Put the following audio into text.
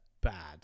bad